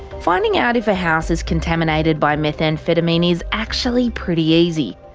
finding out if a house is contaminated by methamphetamine is actually pretty easy.